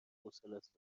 حوصلست